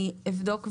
אני אבדוק ואענה.